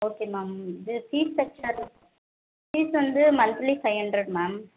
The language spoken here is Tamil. ஓகே மேம் இது ஃபீஸ் ஸ்ட்ரக்ச்சரு ஃபீஸ் வந்து மன்த்லி ஃபைவ் ஹண்ட்ரட் மேம்